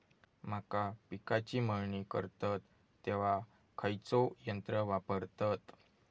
मका पिकाची मळणी करतत तेव्हा खैयचो यंत्र वापरतत?